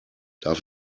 darf